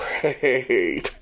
Great